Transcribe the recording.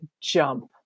jump